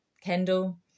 kendall